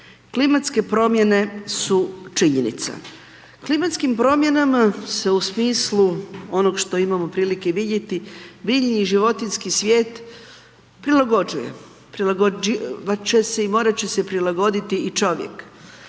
Klimatske promjene su činjenice. Klimatskim promjenama se u smislu onog što imamo prilike i vidjeti, biljni i životinjski svijet prilagođuje. Prilagođivati će